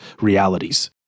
realities